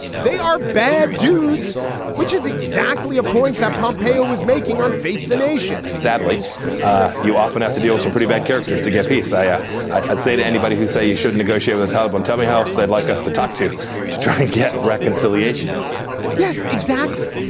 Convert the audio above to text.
they are bad dudes which is exactly a point that pompeo was making on face the nation sadly ah you often have to deal some pretty bad characters to get peace. i'd yeah i'd say to anybody who say you should negotiate with the taliban tell me house they'd like us to talk to you to try to get reconciliation afghanistan yes exactly.